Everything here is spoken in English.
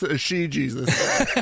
She-Jesus